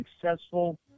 successful